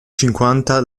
cinquanta